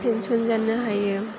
pension जानो हायो